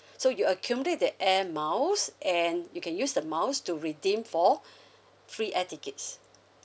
so you accumulate the air miles and you can use the miles to redeem for free air tickets